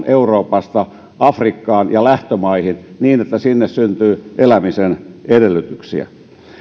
euroopasta afrikkaan ja lähtömaihin niin että sinne syntyy elämisen edellytyksiä